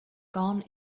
gone